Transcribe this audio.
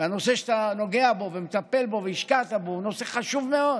והנושא שאתה נוגע בו ומטפל בו והשקעת בו הוא נושא חשוב מאוד.